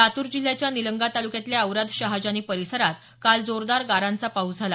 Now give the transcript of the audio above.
लातूर जिल्ह्याच्या निलंगा तालुक्यातल्या औराद शहाजनी परिसरात काल जोरदार गारांचा पाऊस झाला